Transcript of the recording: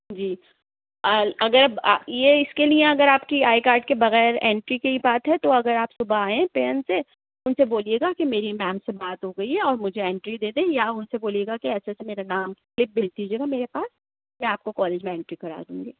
جی آ اگر اب یہ اِس کے لیے اگر آپ کی آئی کارڈ کے بغیر انٹری کی بات ہے تو اگر آپ صبح آئیں پیون سے اُن سے بولیے گا کہ میری میم سے بات ہو گئی ہے اور مجھے انٹری دے دیں یا اُن سے بولیے گا کہ ایسے ایسے میرا نام سلپ بھیج دیجیے گا میرے پاس میں آپ کو کالج میں انٹری کرا دوں گی